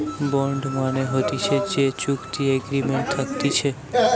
bond মানে হতিছে যে চুক্তি এগ্রিমেন্ট থাকতিছে